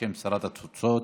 בשם שרת התפוצות.